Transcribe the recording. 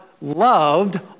loved